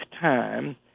time